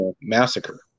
massacre